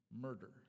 murder